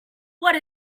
what